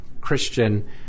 Christian